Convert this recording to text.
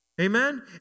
Amen